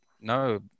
no